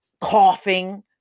coughing